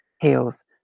Heels